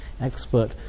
expert